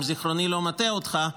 אם זיכרוני לא מטעה אותי,